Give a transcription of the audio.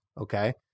Okay